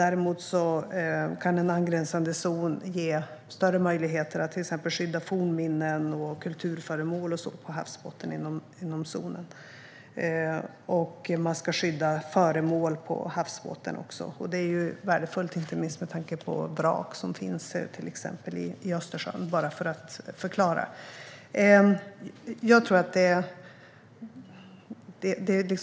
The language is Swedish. Däremot kan en angränsande zon ge större möjligheter att exempelvis skydda fornminnen och kulturföremål som finns på havsbotten inom zonen. Man kan även skydda andra föremål på havsbotten, vilket är värdefullt inte minst med tanke på vrak som finns i till exempel Östersjön. Jag tror att vi måste klara